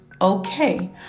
okay